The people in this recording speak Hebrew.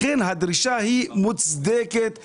לכן הדרישה מוצדקת לחלוטין.